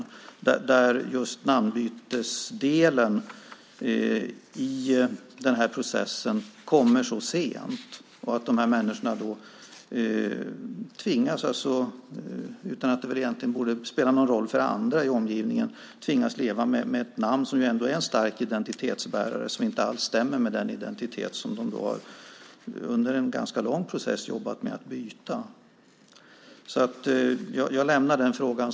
I den processen kommer namnbytesdelen in mycket sent, och dessa människor tvingas därför, utan att det egentligen borde spela någon roll för omgivningen, leva med ett namn som inte alls stämmer med den identitet som de under en ganska lång process jobbat med att byta. Namnet är ju en stark identitetsbärare.